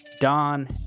Don